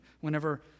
whenever